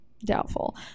doubtful